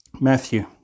Matthew